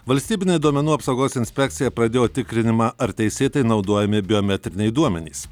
valstybinė duomenų apsaugos inspekcija pradėjo tikrinimą ar teisėtai naudojami biometriniai duomenys